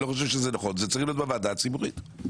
זה צריך להיות בוועדה הציבורית.